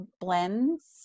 blends